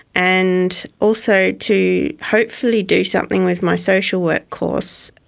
and also to hopefully do something with my social work course.